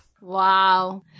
Wow